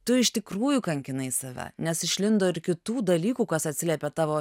tu iš tikrųjų kankinai save nes išlindo ir kitų dalykų kas atsiliepė tavo